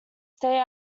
stay